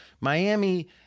Miami